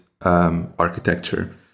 architecture